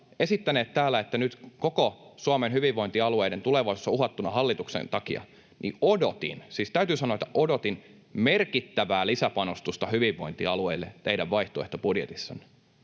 esittäneet täällä, että nyt koko Suomen hyvinvointialueiden tulevaisuus on uhattuna hallituksen takia, niin odotin — siis täytyä sanoa, että odotin — merkittävää lisäpanostusta hyvinvointialueille teidän vaihtoehtobudjetissanne.